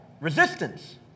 resistance